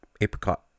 apricot